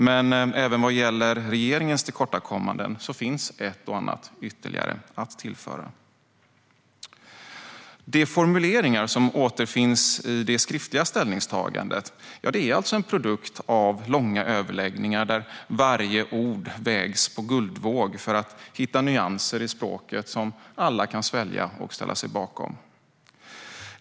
Men även vad gäller regeringens tillkortakommanden finns ett och annat ytterligare att tillföra. De formuleringar som återfinns i det skriftliga ställningstagandet är alltså en produkt av långa överläggningar där varje ord vägs på guldvåg för att vi ska hitta nyanser i språket som alla kan svälja och ställa sig bakom.